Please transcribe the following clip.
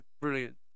brilliant